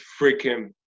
freaking